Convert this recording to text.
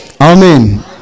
Amen